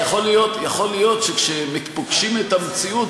יכול להיות שכשפוגשים את המציאות,